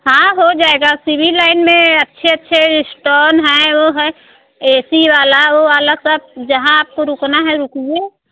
हाँ हो जाएगा सिविल लाइन में अच्छे अच्छे रेस्टोन है वह हैं ए सी वाला वह वाला सब जहाँ आपको रुकना है रुकिए